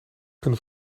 een